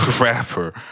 rapper